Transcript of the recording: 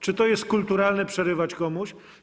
Czy to jest kulturalne przerywać komuś?